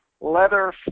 leather